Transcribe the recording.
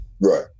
Right